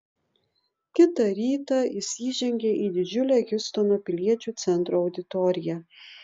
kitą rytą jis įžengė į didžiulę hjustono piliečių centro auditoriją